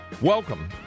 Welcome